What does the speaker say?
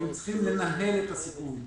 והם צריכים לנהל את הסיכון.